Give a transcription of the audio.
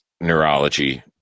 neurology